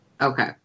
Okay